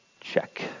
check